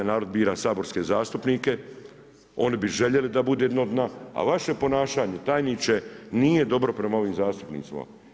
Narod bira saborske zastupnike oni bi željeli da bude dno dna, a vaša ponašanje tajniče nije dobro prema ovim zastupnicima.